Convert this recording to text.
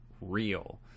real